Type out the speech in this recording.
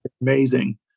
amazing